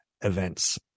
events